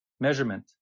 measurement